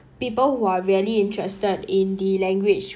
people who are really interested in the language